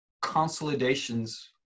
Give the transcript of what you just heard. Consolidations